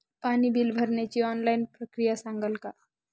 पाणी बिल भरण्याची ऑनलाईन प्रक्रिया सांगाल का?